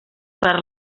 per